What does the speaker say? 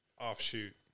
offshoot